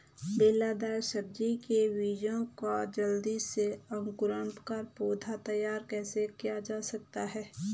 बेलदार सब्जी के बीजों का जल्दी से अंकुरण कर पौधा तैयार कैसे किया जा सकता है?